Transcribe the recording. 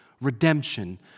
redemption